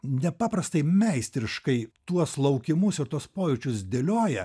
nepaprastai meistriškai tuos laukimus ir tuos pojūčius dėlioja